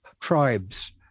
tribes